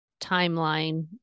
timeline